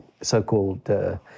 so-called